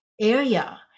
area